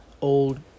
old